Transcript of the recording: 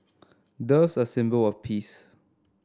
doves are symbol of peace